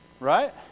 right